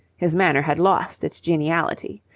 his manner had lost its geniality.